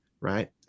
right